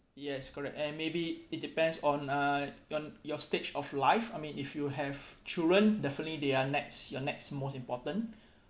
yes correct and maybe it depends on uh your your stage of life I mean if you have children definitely they are next your next most important